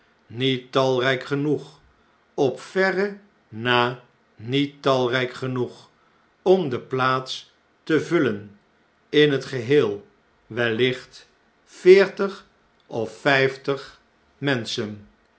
niet talrjjk genoeg op verre na niet talrtjk genoeg om de plaats te vullen in het geheel wellicht veertig of vijftig menschen